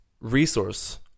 resource